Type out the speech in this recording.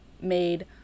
made